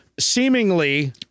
seemingly